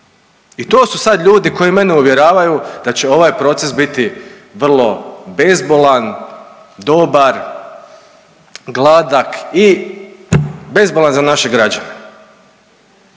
I to su sad ljudi koji mene uvjeravaju da će ovaj proces biti vrlo bezbolan, dobar, gladak i bezbolan za naše građane.